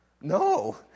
No